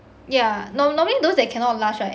yeah nor~ normally those that cannot last right